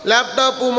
Laptop